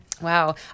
wow